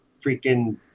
freaking